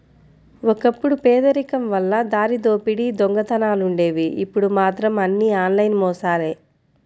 ఒకప్పుడు పేదరికం వల్ల దారిదోపిడీ దొంగతనాలుండేవి ఇప్పుడు మాత్రం అన్నీ ఆన్లైన్ మోసాలే